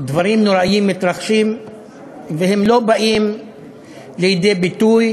דברים נוראיים מתרחשים והם לא באים לידי ביטוי